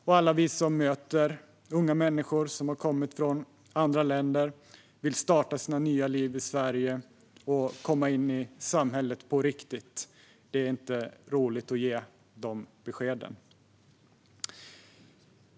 För oss som möter unga människor som har kommit från andra länder, som vill starta sina nya liv i Sverige och som vill komma in i Sverige på riktigt är det inte roligt att ge dessa besked.